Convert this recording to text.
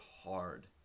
hard